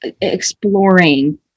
exploring